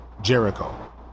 Jericho